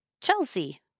Chelsea